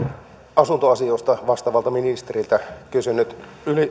asuntoasioista vastaavalta ministeriltä kysynyt